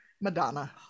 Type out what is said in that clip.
madonna